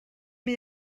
mae